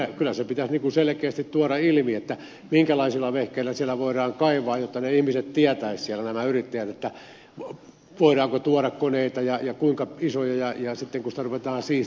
kyllä se pitäisi selkeästi tuoda ilmi minkälaisilla vehkeillä siellä voidaan kaivaa jotta ne ihmiset nämä yrittäjät tietäisivät voidaanko tuoda koneita ja kuinka isoja ja sitten kun ruvetaan siistimään tietäisivät millä siistitään